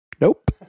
Nope